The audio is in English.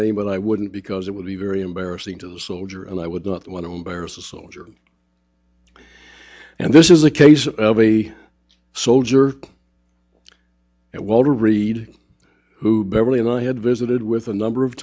name and i wouldn't because it would be very embarrassing to the soldier and i would not want to embarrass a soldier and this is a case of a soldier at walter reed who beverly and i had visited with a number of